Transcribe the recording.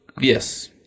yes